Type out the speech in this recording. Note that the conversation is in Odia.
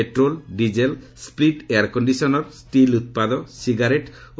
ପେଟ୍ରୋଲ୍ ଡିକେଲ୍ ସ୍କିଟ୍ ଏୟାର୍କଣିସନର୍ ଷ୍ଟିଲ୍ ଉତ୍ପାଦ ସିଗାରେଟ୍ ଓ